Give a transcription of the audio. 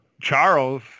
Charles